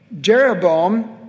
Jeroboam